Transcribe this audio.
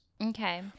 Okay